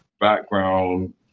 background